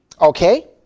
Okay